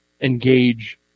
engage